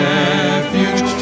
refuge